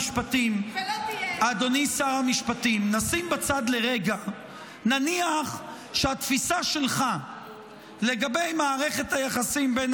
אדוני שר המשפטים: נניח שהתפיסה שלך לגבי מערכת היחסים בין